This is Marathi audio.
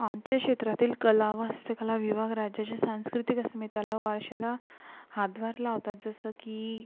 आमच्या क्षेत्रातील कला व हस्तकला विभाग राज्याचे सांस्कृतिक अस्मिताला वारशाला हातभार लावतात जसं की